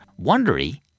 Wondery